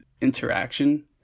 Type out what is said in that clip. interaction